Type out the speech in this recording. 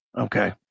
okay